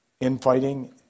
infighting